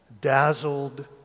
dazzled